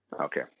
Okay